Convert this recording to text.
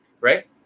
Right